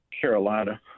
Carolina